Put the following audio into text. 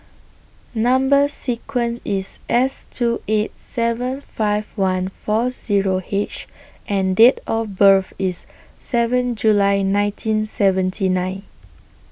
Number sequence IS S two eight seven five one four Zero H and Date of birth IS seven July nineteen seventy nine